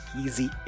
easy